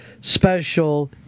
special